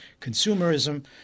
consumerism